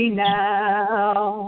now